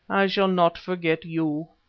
i shall not forget you,